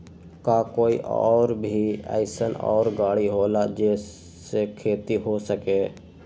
का कोई और भी अइसन और गाड़ी होला जे से खेती हो सके?